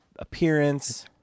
Appearance